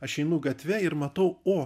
aš einu gatve ir matau o